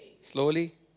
Slowly